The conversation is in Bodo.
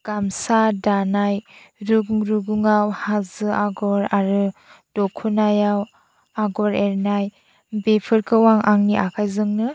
गामसा दानाय रुगुं रुगुंआव हाजो आगर आरो दख'नायाव आगर एरनाय बेफोरखौ आं आंनि आखायजोंनो